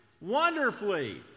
wonderfully